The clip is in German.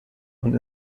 und